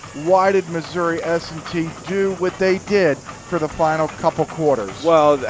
why did missouri s and t do what they did for the final couple of quarters? well,